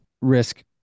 risk